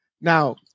now